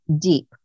deep